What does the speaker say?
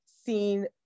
seen